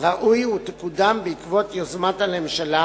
ראוי שתקודם בעקבות יוזמת הממשלה,